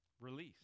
release